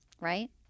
right